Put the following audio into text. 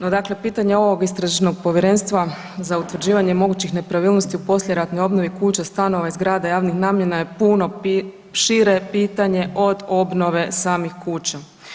No dakle, pitanje ovog Istražnog povjerenstva za utvrđivanje mogućih nepravilnosti u poslijeratnoj obnovi kuća, stanova i zgrada javnih namjena je puno šire pitanje od obnove samih kuća.